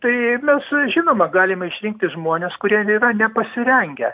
tai mes žinoma galime išrinkti žmones kurie yra nepasirengę